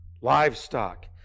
livestock